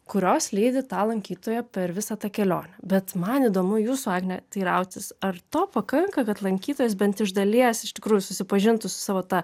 kurios lydi tą lankytoją per visą tą kelionę bet man įdomu jūsų agne teirautis ar to pakanka kad lankytojas bent iš dalies iš tikrųjų susipažintų su savo ta